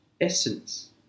essence